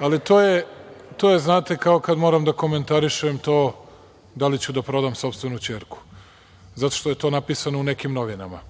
Ali to je kao kada moram da komentarišem da li ću da prodam sopstvenu ćerku, zato što je to napisano u nekim novinama.